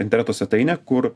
interneto svetainė kur